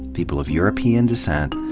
people of european descent,